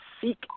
seek